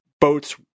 boats